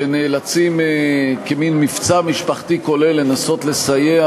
שנאלצים כמין מבצע משפחתי כולל לנסות לסייע